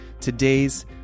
today's